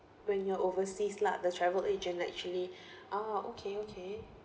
when you are overseas lah the travel agent actually ah okay okay